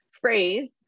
phrase